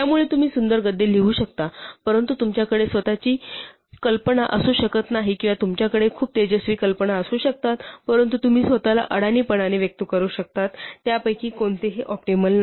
त्यामुळे तुम्ही सुंदर गद्य लिहू शकता परंतु तुमच्याकडे कल्पना असू शकत नाही किंवा तुमच्याकडे खूप तेजस्वी कल्पना असू शकतात परंतु तुम्ही स्वतःला अडाणीपणाने व्यक्त करू शकता त्यापैकी कोणतेही ऑप्टिमल नाही